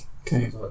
Okay